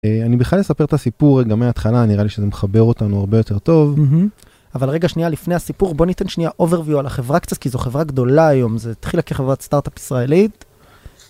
אני בכלל אספר את הסיפור גם מהתחלה נראה לי שזה מחבר אותנו הרבה יותר טוב אבל רגע שנייה לפני הסיפור בוא ניתן שנייה overview על החברה קצת כי זו חברה גדולה היום זה התחילה כחברת סטארט-אפ ישראלית.